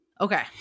Okay